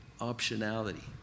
optionality